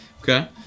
Okay